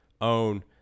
own